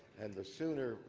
and the sooner,